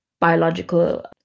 biological